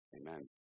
Amen